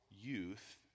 youth